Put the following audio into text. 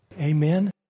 Amen